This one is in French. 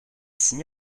signé